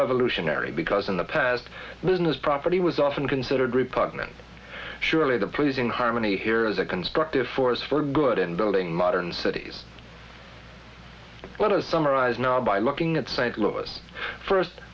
revolutionary because in the past the business property was often considered repugnant surely the pleasing harmony here is a constructive force for good in building modern cities but as summarized now by looking at st louis first